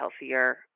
healthier